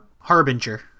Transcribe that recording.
harbinger